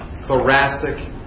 thoracic